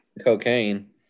cocaine